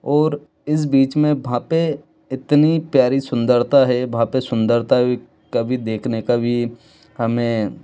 और इस बीच में बहाँ पर इतनी प्यारी सुंदरता है वहाँ पर सुंदरता भी कभी देखने का भी हमें